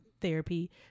therapy